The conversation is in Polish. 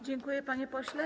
Dziękuję, panie pośle.